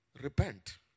repent